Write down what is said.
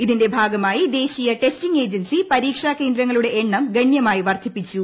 ഇതിന്റെ ഭാഗമായി ദേശീയ ടെസ്റ്റിംഗ് ഏജൻസി പരീക്ഷാ കേന്ദ്രങ്ങളുടെ എണ്ണം ഗണ്യമായി വർധിപ്പിച്ചു